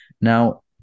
now